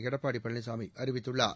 எடப்பாடி பழனிசாமி அறிவித்துள்ளார்